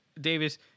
Davis